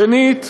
שנית,